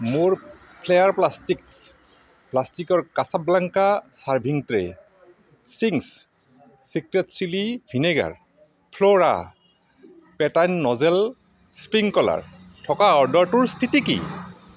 মোৰ flair plastics প্লাষ্টিকৰ Casablanca serving tray Ching's secret chilli vinegar flora pattern nozzle sprinkler থকা অৰ্ডাৰটোৰ স্থিতি কি